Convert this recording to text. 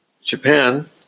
Japan